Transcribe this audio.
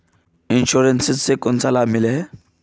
Insurance इस से कोन सा लाभ मिले है?